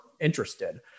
interested